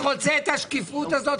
את השקיפות הזאת,